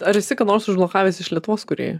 ar esi ką nors užblokavęs iš lietuvos kūrėjų